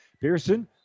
Pearson